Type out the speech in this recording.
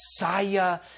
Messiah